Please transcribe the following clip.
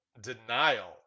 Denial